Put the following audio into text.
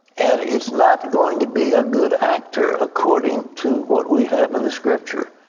and it's not going to be a good actor, according to what we have in the scripture.